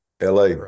LA